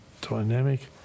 dynamic